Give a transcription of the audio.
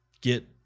get